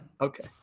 Okay